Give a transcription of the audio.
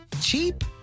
cheap